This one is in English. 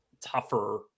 Tougher